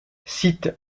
site